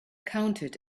counted